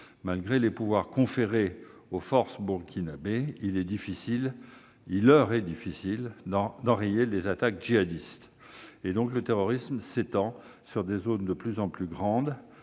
Malgré les pouvoirs conférés aux forces burkinabées, il leur est difficile d'enrayer les attaques djihadistes. Le terrorisme s'étend sur des zones de plus en plus vastes,